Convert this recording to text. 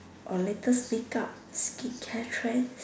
or later speak up skin care trend